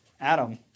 Adam